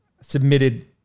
submitted